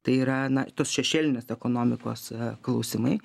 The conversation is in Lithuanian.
tai yra na tos šešėlinės ekonomikos klausimai